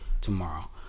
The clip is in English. tomorrow